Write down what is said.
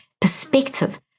perspective